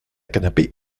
canapé